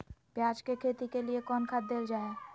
प्याज के खेती के लिए कौन खाद देल जा हाय?